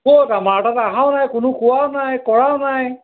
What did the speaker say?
ক'ত আমাৰ তাত অহাও নাই কোনো কোৱাও নাই কৰাও নাই